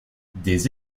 des